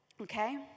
Okay